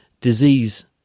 disease